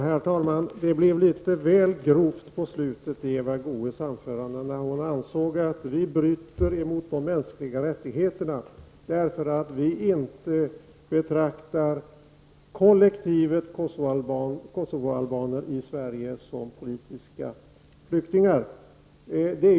Herr talman! Det blev litet väl grovt på slutet i Eva Goös anförande, när hon ansåg att vi i Sverige bryter mot de mänskliga rättigheterna därför att vi inte betraktar kollektivet Kosovoalbaner som politiska flyktingar.